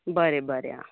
बरें बरें